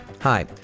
Hi